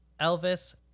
Elvis